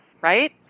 right